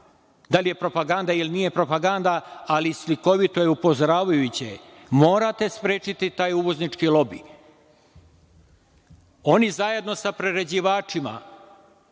Da li je propaganda ili nije propaganda, ali slikovito je upozoravajuće. Morate sprečiti taj uvoznički lobi. Oni zajedno sa prerađivačima